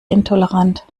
intolerant